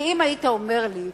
כי אם היית אומר לי: